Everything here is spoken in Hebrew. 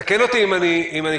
תקן אותי אם אני טועה,